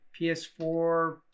ps4